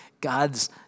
God's